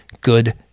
good